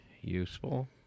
useful